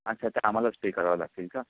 अच्छा तर आम्हालाच पे करावं लागतील का